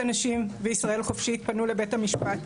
הנשים וישראל חופשית פנו לבית המשפט,